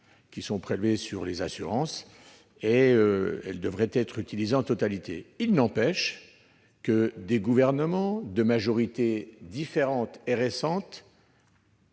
qui sont prélevées sur les assurances, et elles devraient être utilisées en totalité. Il n'empêche que des gouvernements, de majorités différentes, ont